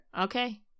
Okay